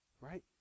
Right